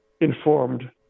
informed